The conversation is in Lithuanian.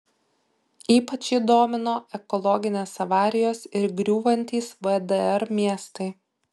ypač jį domino ekologinės avarijos ir griūvantys vdr miestai